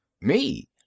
Me